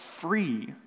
free